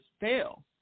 fail